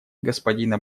господина